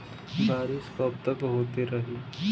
बरिस कबतक होते रही?